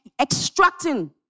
extracting